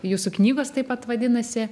jūsų knygos taip pat vadinasi